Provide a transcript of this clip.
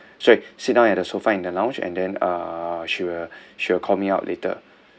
sorry sit down at the sofa in the lounge and then uh she will she will call me out later